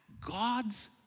God's